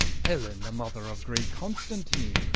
helen, the mother of great constantine,